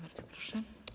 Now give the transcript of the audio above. Bardzo proszę.